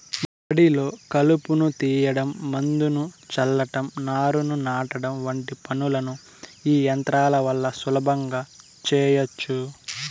మడిలో కలుపును తీయడం, మందును చల్లటం, నారును నాటడం వంటి పనులను ఈ యంత్రాల వల్ల సులభంగా చేయచ్చు